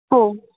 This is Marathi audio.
हो